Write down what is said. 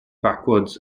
backwards